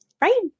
Right